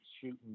shooting